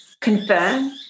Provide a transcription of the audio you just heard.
confirm